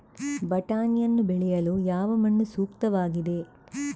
ಬಟಾಣಿಯನ್ನು ಬೆಳೆಯಲು ಯಾವ ಮಣ್ಣು ಸೂಕ್ತವಾಗಿದೆ?